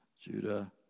Judah